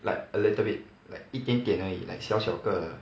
like a little bit like 一点点而已 like 小小个的